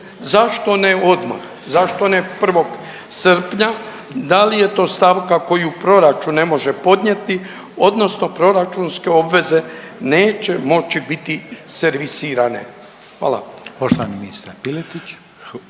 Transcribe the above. zašto ne odmah, zašto ne 1. srpnja, da li je to stavka koju proračun ne može podnijeti odnosno proračunske obveze neće moći biti servisirane? Hvala.